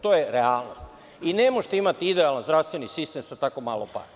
To je realnost, i ne možete imati idealan zdravstveni sistem sa tako malo para.